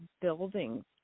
buildings